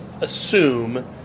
assume